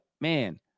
Man